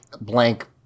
blank